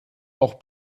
auch